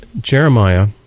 Jeremiah